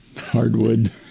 hardwood